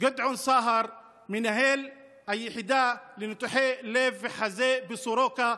גדעון סהר, מנהל היחידה לניתוחי לב וחזה בסורוקה,